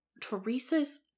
Teresa's